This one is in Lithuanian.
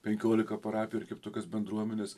penkiolika parapijų ir kaip tokios bendruomenės